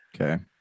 Okay